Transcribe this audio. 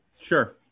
Sure